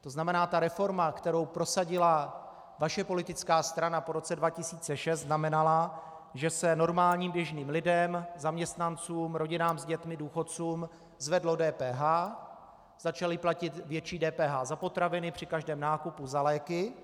To znamená ta reforma, kterou prosadila vaše politická strana po roce 2006, znamenala, že se normálním, běžným lidem, zaměstnancům, rodinám s dětmi, důchodcům zvedlo DPH, začali platit větší DPH za potraviny při každém nákupu, za léky.